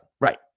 Right